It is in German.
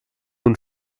nun